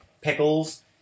Pickles